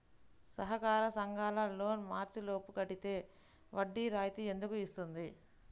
సహకార సంఘాల loan March లోపు కట్టితే వడ్డీ రాయితీ ఎందుకు ఇస్తుంది?